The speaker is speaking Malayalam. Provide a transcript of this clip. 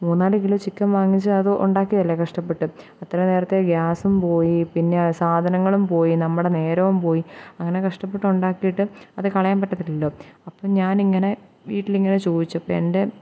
മൂന്നാല് കിലോ ചിക്കൻ വാങ്ങിച്ചത് ഉണ്ടാക്കിയതല്ലേ കഷ്ടപ്പെട്ട് അത്ര നേരത്തെ ഗ്യാസും പോയി പിന്നെ സാധനങ്ങളും പോയി നമ്മളുടെ നേരവും പോയി അങ്ങനെ കഷ്ടപ്പെട്ട് ഉണ്ടാക്കിയിട്ട് അത് കളയാൻ പറ്റത്തില്ലല്ലോ അപ്പോൾ ഞാനിങ്ങനെ വീട്ടിൽ ഇങ്ങനെ ചോദിച്ചു അപ്പം എൻ്റെ